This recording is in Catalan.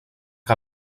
que